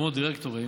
כמו דירקטורים,